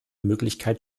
möglichkeit